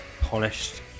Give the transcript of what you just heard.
polished